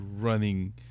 running